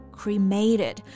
cremated